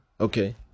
Okay